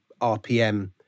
RPM